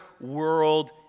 world